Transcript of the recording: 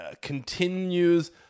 continues